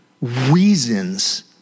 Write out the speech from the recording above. reasons